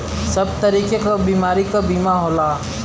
सब तरीके क बीमारी क बीमा होला